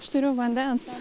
aš turiu vandens